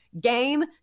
game